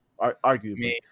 Arguably